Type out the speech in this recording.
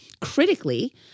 critically